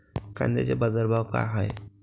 कांद्याचे बाजार भाव का हाये?